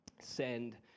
send